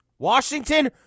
Washington